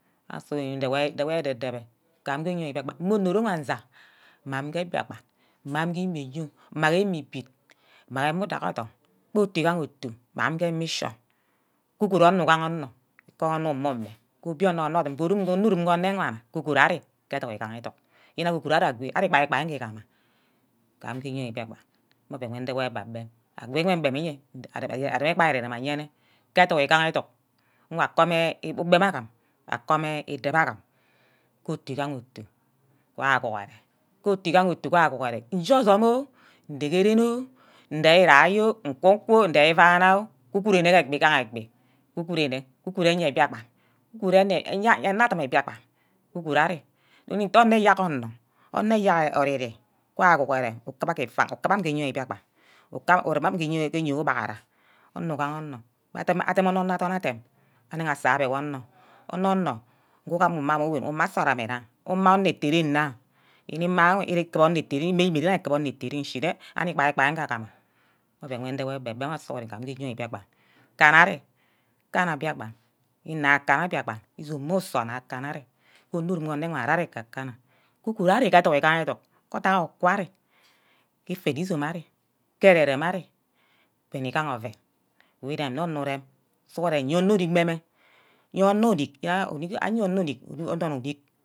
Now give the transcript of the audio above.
Sughuren nde-wor ededebe kame onori mme onori nweza mma amin ke mbiakpan, mma amin ge imia yo, mma ke imipid, mma ke emma udughu dong, otu igaha otu, mma amin ke mission ke uguru onor ugaha onor, gubor anor umeh umeh ke obiono, onor odum, ke ornurum, ke ene wana ke guru arear, oduck igaha educk, yene aguru ari ago ari igbai-gbai nne gama gam ke eyoi mbiakpan mme oven nduwor egbem-gbem ago wor mgbem iye areme gbai-ere-rem ayene ke educk igaha educk nga kome ugbem agim, akome idebeh agim ke otu igaha otu wa guhure, ke otu igaha otu gua guhure ije asume oh, ndige ren oh, nde-irai oh nku ku oh, nde ivaina oh kukuru ire-egbai ke egbi, kukunine ke eyoi mbiakpan, kukuru ene eya adim mbiakpan, kuku-arear yene nte onor mme eyerk onor, onor eya ori ri gwa guhua ore ukuba ke ibe iyoi mbiakpan urume amin ke nyoi ubaghara, onor ugaha onor adem onor-onor adem ane-ge-asabe wor onor, onor ngu ugama uma nsort ame nna, who uma onor ette ren nna, yene ima ewe ette ren kubor idere ishine anug igabi-gbai nje agam, meh oven nduwor abebem awor sughuren eyei mbiakpan izome mmu sor nna akana ari, onuru anewana arear ari ke kakana, uguho ari educk igeha edunk katauqwo ari ke ifene izome ari ke ere-rem ari oven igaha oven who uremne onor urem sughuren iyeme orick mme-mme ye onor onick aye onor onick yene adorn udit